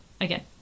again